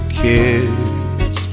kids